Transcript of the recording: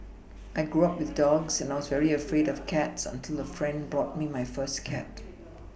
I grew up with dogs and I was very afraid of cats until a friend bought me my first cat